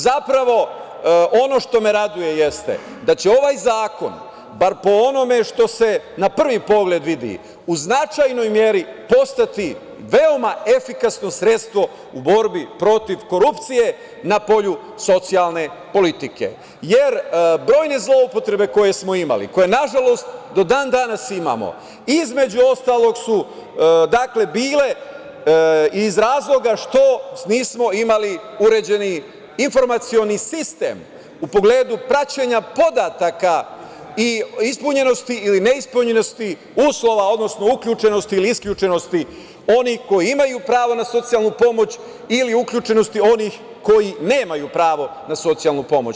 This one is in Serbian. Zapravo, ono što me raduje jeste da će ovaj zakon, bar po onome što se na prvi pogled vidi, u značajnoj meri postati veoma efikasno sredstvo u borbi protiv korupcije na polju socijalne politike, jer brojne zloupotrebe koje smo imali, koje nažalost do dan danas imamo, između ostalog su bile iz razloga što nismo imali uređeni informacioni sistem u pogledu praćenja podataka i ispunjenosti ili ne ispunjenosti uslova, odnosno uključenosti ili isključenosti onih koji imaju pravo na socijalnu pomoć ili uključenosti onih koji nemaju pravo na socijalnu pomoć.